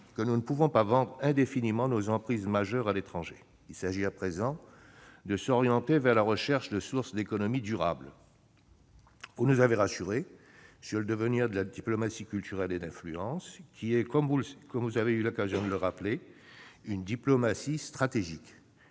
que « nous ne pouvons pas vendre indéfiniment nos emprises majeures à l'étranger ». Il s'agit à présent de s'orienter vers la recherche de sources d'économies durables. Vous nous avez rassurés sur le devenir de la diplomatie culturelle et d'influence, qui est, comme vous avez eu l'occasion de le rappeler, une diplomatie stratégique.